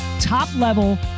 top-level